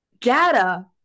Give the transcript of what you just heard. data